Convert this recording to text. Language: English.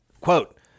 Quote